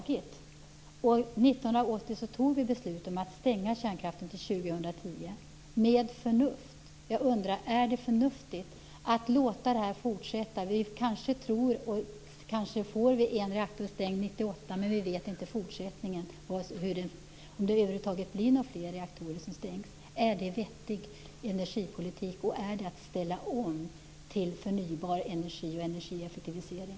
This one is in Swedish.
1980 beslutade vi att stänga av kärnkraften till 2010, med förnuft. Jag undrar: Är det förnuftigt att låta det här fortsätta? Vi kanske får en reaktorstängning 1998, men vi vet inte om det i fortsättningen över huvud taget blir fler reaktorer som stängs. Är det vettig energipolitik? Är det att ställa om till förnybar energi, är det energieffektivisering?